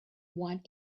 want